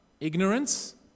Ignorance